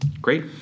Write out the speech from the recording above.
great